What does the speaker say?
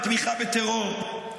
בתמיכה בטרור,